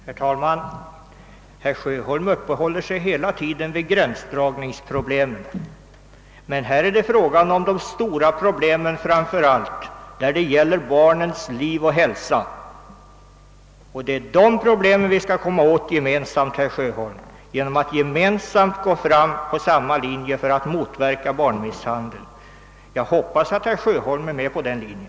Herr talman! Herr Sjöholm uppehåller sig genomgående vid gränsdragningsproblemen, men det är i detta fall framför allt fråga om de stora frågorna som gäller barnens liv och hälsa, och dessa skall vi söka komma åt genom att gemensamt sluta upp kring en handlingslinje som kan motverka barnmisshandel. Jag hoppas att herr Sjöholm ansluter sig till denna linje.